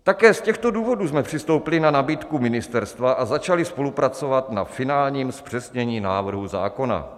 Také z těchto důvodů jsme přistoupili na nabídku ministerstva a začali spolupracovat na finálním zpřesnění návrhu zákona.